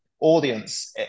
audience